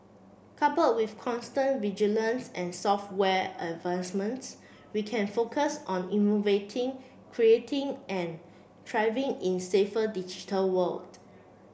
couple with constant vigilance and software advancements we can focus on innovating creating and thriving in safer digital world